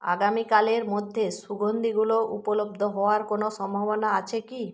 আগামীকালের মধ্যে সুগন্ধিগুলো উপলব্ধ হওয়ার কোনো সম্ভাবনা আছে কি